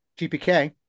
GPK